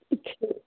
ਅੱਛਾ